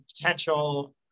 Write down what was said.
potential